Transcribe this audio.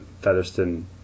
Featherston